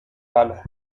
bala